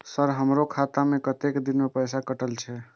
Sir हमारो खाता में कतेक दिन पैसा कटल छे?